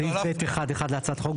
בסעיף (ב1)(1) להצעת החוק,